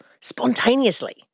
spontaneously